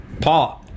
paul